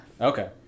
Okay